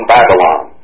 Babylon